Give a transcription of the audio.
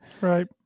Right